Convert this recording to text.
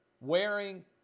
wearing